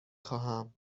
خواهم